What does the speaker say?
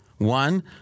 One